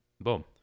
Boom